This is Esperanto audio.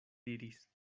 diris